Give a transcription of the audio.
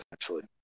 essentially